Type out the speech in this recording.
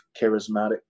charismatic